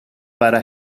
para